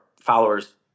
followers